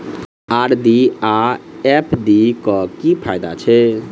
RD आ FD क की फायदा छै?